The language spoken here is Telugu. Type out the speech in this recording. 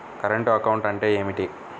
కరెంటు అకౌంట్ అంటే ఏమిటి?